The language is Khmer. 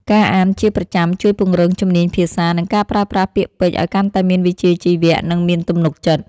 ការអានជាប្រចាំជួយពង្រឹងជំនាញភាសា និងការប្រើប្រាស់ពាក្យពេចន៍ឱ្យកាន់តែមានវិជ្ជាជីវៈ និងមានទំនុកចិត្ត។